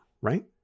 right